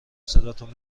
صداتون